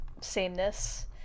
sameness